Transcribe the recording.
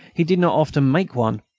he did not often make one,